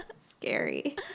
scary